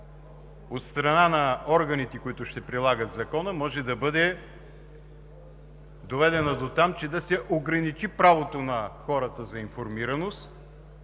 от страна на органите, които ще прилагат Закона, може да бъде доведена до там, че да се ограничи правото на хората за информираност,